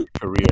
Career